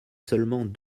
seulement